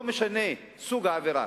לא משנה סוג העבירה.